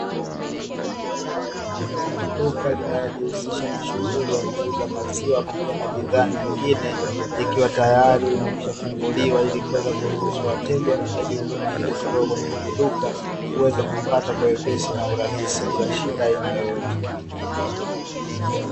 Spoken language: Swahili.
Duka linalojihusisha na shughuli za kuuza maziwa pamoja na bidhaa nyingine likiwa tayari limekwisha funguliwa, ili kuweza kuruhusu wateja wanaohitaji huduma kutoka kwenye hilo duka kuweza kuipata kwa wepesi na urahisi bila shida ya aina yoyote.